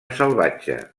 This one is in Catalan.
salvatge